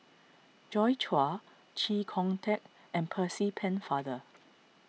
Joi Chua Chee Kong Tet and Percy Pennefather